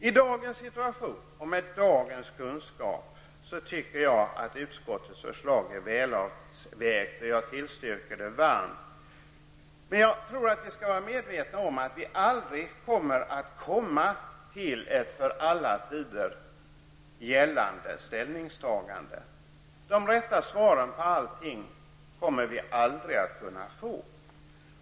I dagens situation och med dagens kunskap anser jag att utskottets förslag är väl avvägt, och jag tillstyrker det varmt. Jag tror emellertid att vi skall vara medvetna om att vi aldrig kommer att komma till ett för alla tider gällande ställningstagande. De rätta svaren på allt kommer vi aldrig att kunna få.